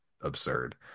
absurd